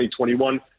2021